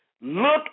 Look